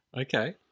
okay